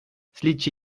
слідчі